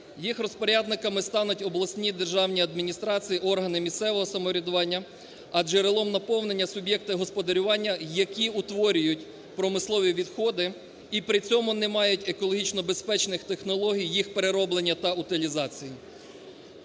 Їх розпорядниками стануть обласні державні адміністрації, органи місцевого самоврядування, а джерелом наповнення – суб'єкти господарювання, які утворюють промислові відходи і при цьому не мають екологічно безпечних технологій їх перероблення та утилізації.